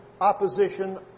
opposition